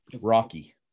Rocky